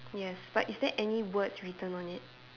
yes but is there any words written on it